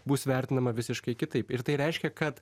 bus vertinama visiškai kitaip ir tai reiškia kad